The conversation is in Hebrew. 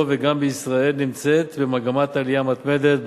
וגם בישראל נמצאת במגמת עלייה מתמדת,